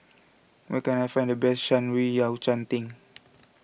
where can I find the best Shan Rui Yao Cai Tang